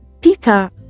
peter